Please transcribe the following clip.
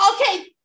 Okay